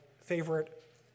favorite